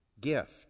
gift